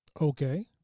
Okay